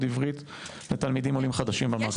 עברית לתלמידים עולים חדשים במערכת החינוך.